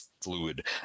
fluid